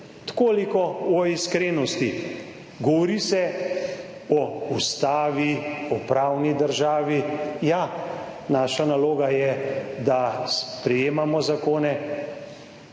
Toliko o iskrenosti, govori se o Ustavi, o pravni državi. Ja, naša naloga je, da sprejemamo zakone,